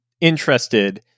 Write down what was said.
interested